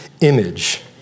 image